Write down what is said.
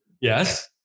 Yes